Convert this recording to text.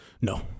No